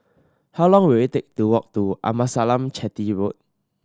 how long will it take to walk to Amasalam Chetty Road